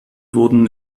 wurden